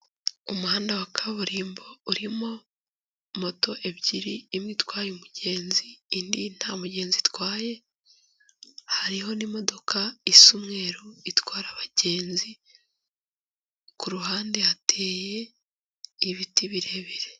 Umuhanda wa kaburimbo urimo moto ebyiri, imwe itwaye umugenzi, indi nta mugenzi itwaye, hariho n'imodoka isa umweru itwara abagenzi, ku ruhande hateye ibiti birebire.